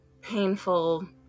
painful